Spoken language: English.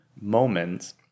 moments